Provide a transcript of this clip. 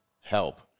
help